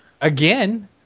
Again